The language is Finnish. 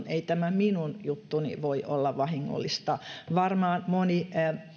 ei tämä minun juttuni voi olla vahingollista varmaan moni